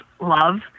love